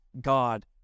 God